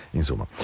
insomma